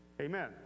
Amen